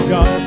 God